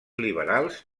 liberals